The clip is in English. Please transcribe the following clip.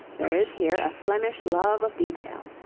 there is here a flemish love of detail.